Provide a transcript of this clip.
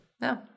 no